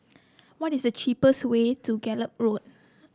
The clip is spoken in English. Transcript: what is the cheapest way to Gallop Road